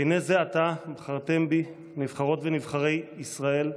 והינה, זה עתה בחרתם בי, נבחרות ונבחרי ישראל,